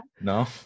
No